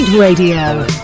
Radio